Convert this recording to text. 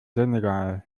senegal